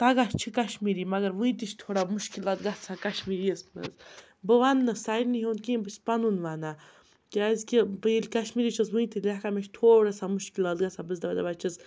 تگان چھُ کشمیٖری مگر وٕنہِ تہِ چھِ تھوڑا مُشکلات گژھان کشمیٖریَس منٛز بہٕ وَننہٕ سارنی ہُنٛد کہینۍ بہٕ چھَس پَنُن وَنان کیٛازِکہِ بہٕ ییٚلہِ کشمیٖری چھَس وٕنہِ تہِ لیٚکھان مےٚ چھِ تھوڑا سا مُشکلات گژھان بہٕ چھَس دَپان دَپان چھَس